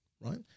right